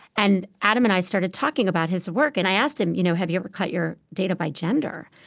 and adam and i started talking about his work, and i asked him, you know have you ever cut your data by gender?